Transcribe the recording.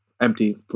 empty